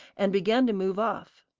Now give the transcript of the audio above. and began to move off.